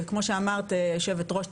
שכמו שאמרת יושבת-הראש,